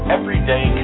Everyday